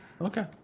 Okay